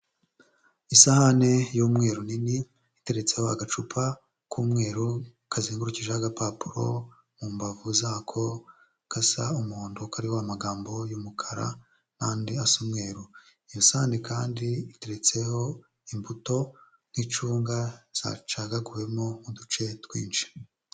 Isahane y'umweru nini iteretseho agacupa k'umweru kazengurukijeho agapapuro, mu mbavu zako gasa umuhondo kariho amagambo y'umukara n'andi asa umweru. Iyo sahane kandi iteretseho imbuto nk'icunga zacagaguwemo uduce twinshi.